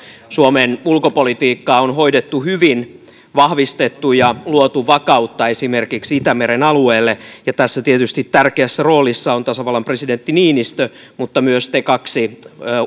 suomen ulkopolitiikkaa on hoidettu hyvin on vahvistettu ja luotu vakautta esimerkiksi itämeren alueelle ja tässä tietysti tärkeässä roolissa on tasavallan presidentti niinistö mutta myös te kaksi